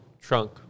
trunk